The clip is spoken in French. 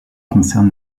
concerne